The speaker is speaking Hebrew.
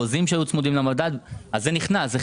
חוזים שהיו צמודים למדד כל אלה נכנסים,